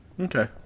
Okay